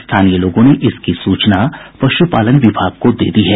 स्थानीय लोगों ने इसकी सूचना पशुपालन विभाग को दे दी है